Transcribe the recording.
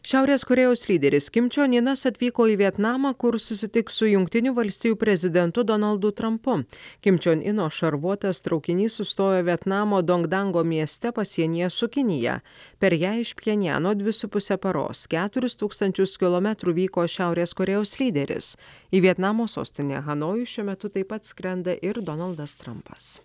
šiaurės korėjos lyderis kim čion inas atvyko į vietnamą kur susitiks su jungtinių valstijų prezidentu donaldu trampu kim čion ino šarvuotas traukinys sustojo vietnamo dong dango mieste pasienyje su kinija per ją iš pjenjano dvi su puse paros keturis tūkstančius kilometrų vyko šiaurės korėjos lyderis į vietnamo sostinę hanojų šiuo metu taip pat skrenda ir donaldas trampas